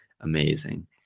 amazing